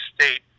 State